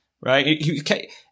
right